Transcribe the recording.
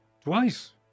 Twice